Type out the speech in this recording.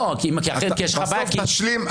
בסוף תשלים.